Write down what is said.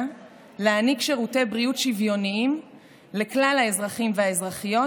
להעניק שירותי בריאות שוויוניים לכלל האזרחים והאזרחיות,